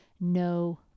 no